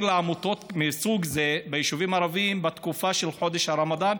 לעמותות מסוג זה ביישובים הערביים בתקופה של חודש הרמדאן,